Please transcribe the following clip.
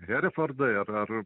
herefordai ar ar